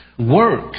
work